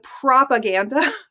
propaganda